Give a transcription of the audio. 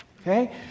Okay